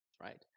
Right